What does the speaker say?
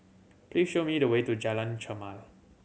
please show me the way to Jalan Chermai